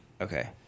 Okay